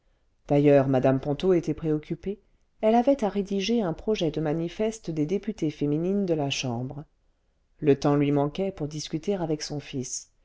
d'ailleurs mme ponto était préoccupée elle avait à rédiger un projet de manifeste des députées féminines de la chambre le temps lui manquait pour discuter avec son fils